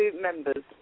members